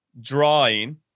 drawing